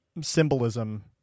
symbolism